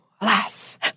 Alas